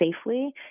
safely